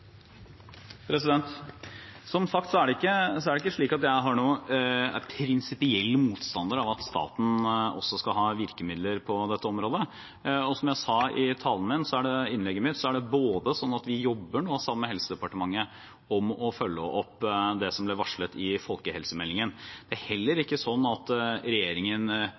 prinsipiell motstander av at staten også skal ha virkemidler på dette området. Som jeg sa i innlegget mitt, jobber vi sammen med Helsedepartementet om å følge opp det som ble varslet i folkehelsemeldingen. Det er ikke sånn at regjeringen